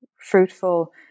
fruitful